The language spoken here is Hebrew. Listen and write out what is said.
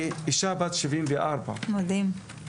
של אישה בת 74. מדהים.